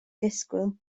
disgwyl